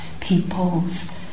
peoples